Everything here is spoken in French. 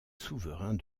souverains